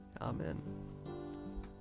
Amen